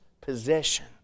possession